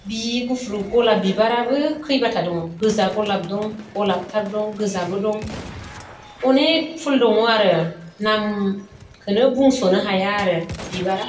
बि गुफुर गलाब बिबाराबो खैबाथा दं गोजा गलाब दं गलाबथार दं गोजाबो दं अनेख फुल दङ आरो नाम खोनो बुंसनो हाया आरो बिबारा